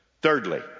thirdly